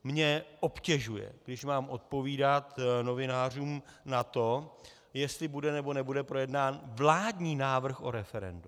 Mě obtěžuje, když mám odpovídat novinářům na to, jestli bude, nebo nebude projednán vládní návrh o referendu.